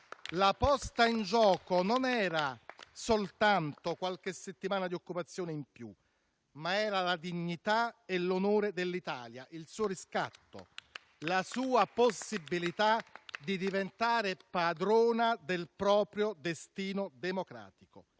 La posta in gioco non era soltanto qualche settimana di occupazione in più, ma erano la dignità e l'onore dell'Italia, il suo riscatto, la sua possibilità di diventare padrona del proprio destino democratico.